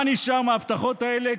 מה נשאר מההבטחות האלה?